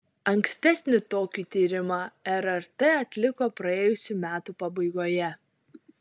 ankstesnį tokį tyrimą rrt atliko praėjusių metų pabaigoje